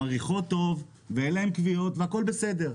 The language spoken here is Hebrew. הן מריחות טוב ואין להן כוויות והכול בסדר.